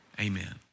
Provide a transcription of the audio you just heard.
amen